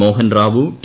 Mohan Rao T